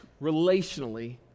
relationally